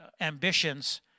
ambitions